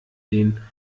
den